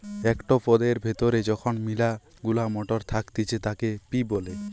একটো পদের ভেতরে যখন মিলা গুলা মটর থাকতিছে তাকে পি বলে